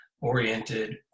oriented